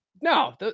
No